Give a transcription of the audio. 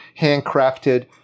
handcrafted